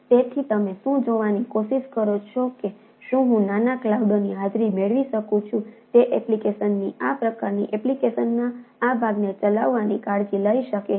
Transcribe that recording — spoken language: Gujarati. તેથી તમે શું જોવાની કોશિશ કરો છો કે શું હું નાના ક્લાઉડોની હાજરી મેળવી શકું છું જે એપ્લિકેશનની આ પ્રકારની એપ્લિકેશનના આ ભાગને ચલાવવાની કાળજી લઈ શકે છે